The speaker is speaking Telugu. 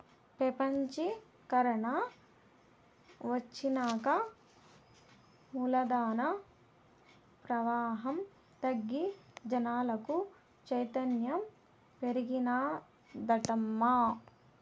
పెపంచీకరన ఒచ్చినాక మూలధన ప్రవాహం తగ్గి జనాలకు చైతన్యం పెరిగినాదటమ్మా